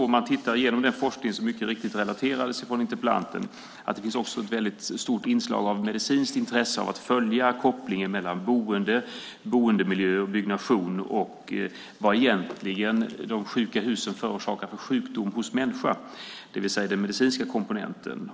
Om man tittar igenom den forskning som interpellanten mycket riktigt relaterade till ser man att det finns ett väldigt stort inslag av medicinskt intresse av att följa kopplingen mellan boende, boendemiljö och byggnation och vilken sjukdom de sjuka husen egentligen förorsakar hos människan, det vill säga den medicinska komponenten.